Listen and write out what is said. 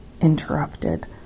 interrupted